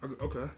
Okay